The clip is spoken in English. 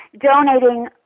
donating